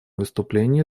выступлении